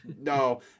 No